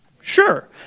Sure